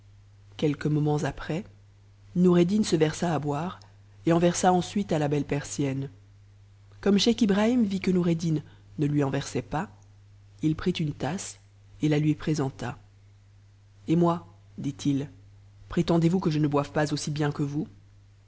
quelques mueats après noureddin se versa à boire et en versa ensuite à la belle s'stenne comme scheich ibrahim vit que noureddin ne lui en versait pas t une tasse et la lui présenta et moi dit-il prétendez-vous que je f'yf pas aussi bien que vous